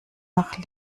nach